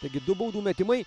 taigi du baudų metimai